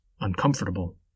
uncomfortable